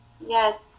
Yes